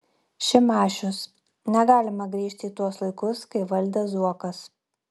šimašius negalima grįžti į tuos laikus kai valdė zuokas